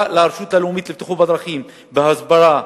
הלאומית לבטיחות בדרכים בהסברה,